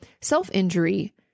self-injury